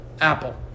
Apple